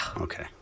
Okay